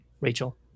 Rachel